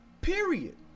Period